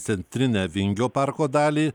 centrinę vingio parko dalį